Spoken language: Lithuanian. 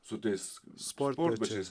su tais sportbačiais